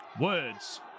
Words